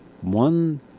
one